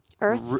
Earth